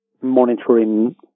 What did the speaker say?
monitoring